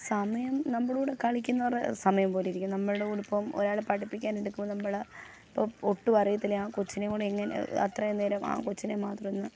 സമയം നമ്മുടെ കൂടെ കളിക്കുന്നവരുടെ സമയം പോലെ ഇരിക്കും നമ്മളോടൊപ്പം ഒരാൾ പഠിപ്പിക്കാൻ എടുക്കുമ്പോൾ നമ്മൾ ഇപ്പോൾ ഒട്ടുമറിയത്തില്ല ആ കൊച്ചിനെയും കൂടി എങ്ങനെ അത്രയും നേരം ആ കൊച്ചിനെ മാത്രം